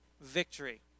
victory